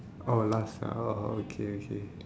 orh last ah orh okay okay